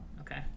Okay